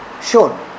shown